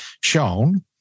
shown